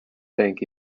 thank